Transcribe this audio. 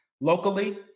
Locally